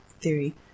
theory